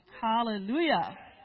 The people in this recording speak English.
Hallelujah